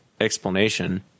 explanation